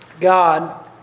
God